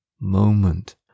moment